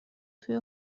توی